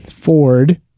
ford